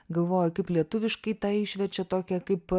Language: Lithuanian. galvoju kaip lietuviškai tą išverčia tokią kaip